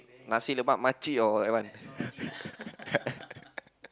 Nasi-Lemak makcik or that one